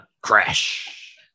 crash